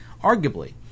arguably